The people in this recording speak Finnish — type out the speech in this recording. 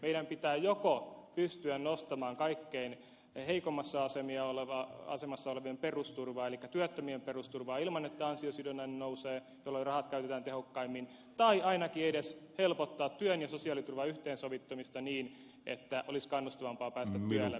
meidän pitää joko pystyä nostamaan kaikkein heikoimmassa asemassa olevien perusturvaa elikkä työttömien perusturvaa ilman että ansiosidonnainen nousee jolloin rahat käytetään tehokkaimmin tai ainakin edes helpottaa työn ja sosiaaliturvan yhteensovittamista niin että olisi kannustavampaa päästä työelämään